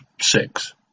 six